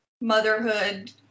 motherhood